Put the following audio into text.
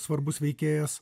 svarbus veikėjas